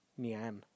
Nyan